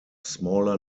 smaller